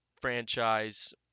franchise